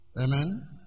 Amen